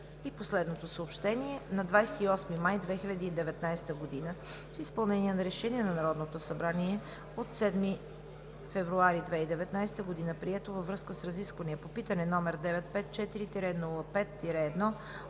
Народното събрание. На 28 май 2019 г. в изпълнение на Решение на Народното събрание от 7 февруари 2019 г., прието във връзка с разисквания по питане № 954-05-1